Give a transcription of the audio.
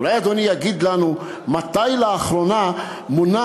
אולי אדוני יגיד לנו מתי לאחרונה מונה